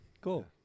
cool